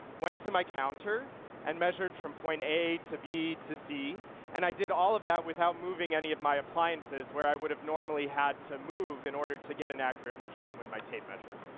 went to my counter and measured from point a to b to c and i did all of that without moving any of my appliances where i would have normally had to move in order to get an accurate measurement with my tape measure.